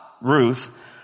Ruth